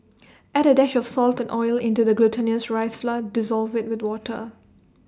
add A dash of salt and oil into the glutinous rice flour dissolve IT with water